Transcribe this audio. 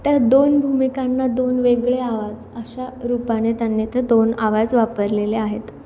त्या दोन भूमिकांना दोन वेगळे आवाज अशा रूपाने त्यांनी त्या दोन आवाज वापरलेले आहेत